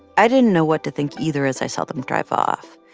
i didn't know what to think either as i saw them drive off.